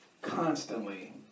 constantly